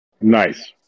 Nice